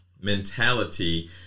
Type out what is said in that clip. mentality